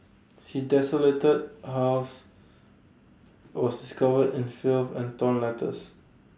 he desolated house was covered in filth and torn letters